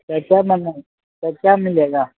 क्या क्या बने क्या क्या मिलेगा